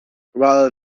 rather